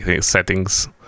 settings